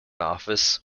office